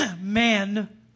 man